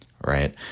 right